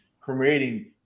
creating